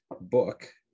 book